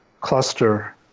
cluster